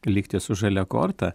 likti su žalia korta